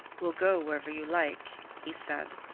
we'll go wherever you like, he said.